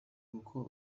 kuko